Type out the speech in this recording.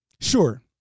Sure